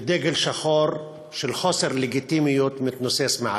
ודגל שחור של חוסר לגיטימיות מתנוסס מעליה.